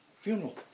funeral